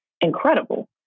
incredible